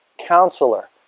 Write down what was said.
Counselor